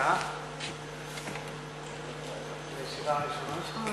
זאת פעם ראשונה שלך?